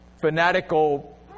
fanatical